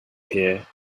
here